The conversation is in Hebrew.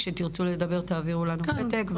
כשתרצו לדבר, תעבירו לנו פתק.